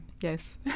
yes